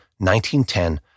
1910